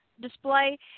display